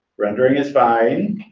rendering is fine.